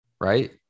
Right